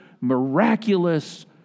miraculous